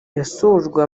yasojwe